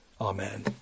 Amen